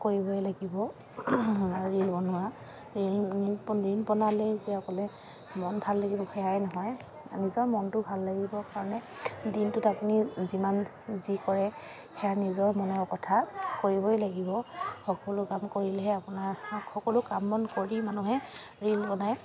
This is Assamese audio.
কৰিবই লাগিব ৰীল বনোৱা ৰীল ৰীল ৰীল বনালেই যে অকলে মন ভাল লাগিব সেয়াই নহয় নিজৰ মনটো ভাল লাগিবৰ কাৰণে দিনটোত আপুনি যিমান যি কৰে সেয়া নিজৰ মনৰ কথা কৰিবই লাগিব সকলো কাম কৰিলেহে আপোনাৰ সকলো কাম বন কৰি মানুহে ৰীল বনায়